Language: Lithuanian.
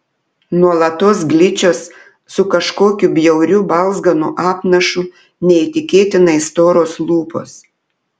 nuolatos gličios su kažkokiu bjauriu balzganu apnašu neįtikėtinai storos lūpos